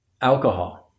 alcohol